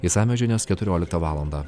išsamios žinios keturioliktą valandą